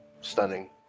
stunning